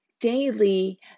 daily